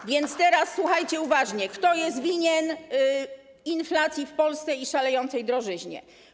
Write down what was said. A więc posłuchajcie uważnie, kto jest winien inflacji w Polsce i szalejącej drożyzny.